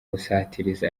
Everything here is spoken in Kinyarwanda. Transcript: busatirizi